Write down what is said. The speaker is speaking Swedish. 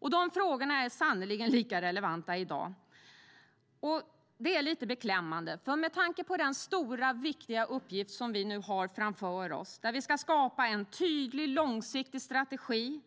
De frågorna är sannerligen lika relevanta i dag. Det är lite beklämmande, för med tanke på den stora och viktiga uppgift som vi nu har framför oss, att skapa en tydlig och långsiktig strategi